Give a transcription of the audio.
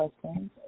questions